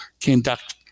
conduct